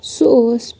سُہ اوس